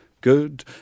Good